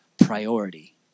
priority